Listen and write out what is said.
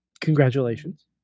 congratulations